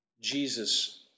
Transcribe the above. Jesus